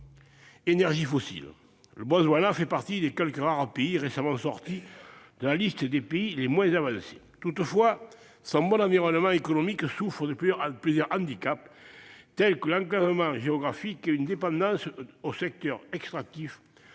énergies fossiles. Le Botswana fait partie des quelques rares pays récemment sortis de la liste des « pays les moins avancés ». Toutefois, son bon environnement économique souffre de plusieurs handicaps, tels que l'enclavement géographique et une dépendance au secteur extractif,